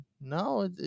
no